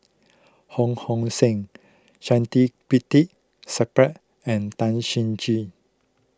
Ho Hong Sing and Tan